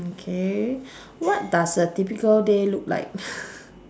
mm okay what does a typical day look like